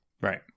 Right